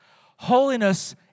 Holiness